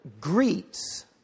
greets